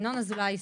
ינון אזולאי,